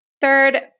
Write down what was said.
Third